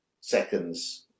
seconds